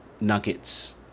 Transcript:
nuggets